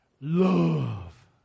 love